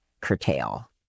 curtail